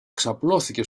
ξαπλώθηκε